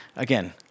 Again